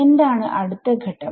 എന്താണ് അടുത്ത ഘട്ടം